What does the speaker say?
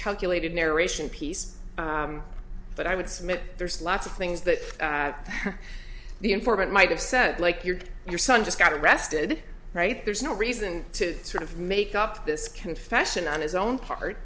calculated narration piece but i would submit there's lots of things that the informant might have said like you're your son just got arrested right there's no reason to sort of make up this confession on his own part